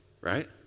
right